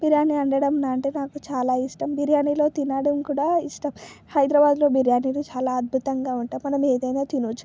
బిర్యానీ వండటంనాటి నాకు చాలా ఇష్టం బిర్యానిలో తినడం కూడా ఇష్టం హైదరాబాద్లో బిర్యానీ చాలా అద్భుతంగా ఉంటాయి మనం ఏదైనా తినవచ్చు